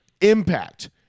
impact